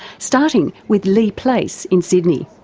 starting with leigh place in sydney.